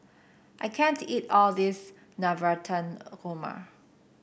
I can't eat all of this Navratan Korma